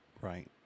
Right